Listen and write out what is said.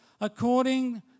according